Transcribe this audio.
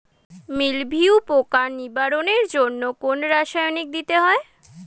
মিলভিউ পোকার নিবারণের জন্য কোন রাসায়নিক দিতে হয়?